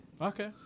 Okay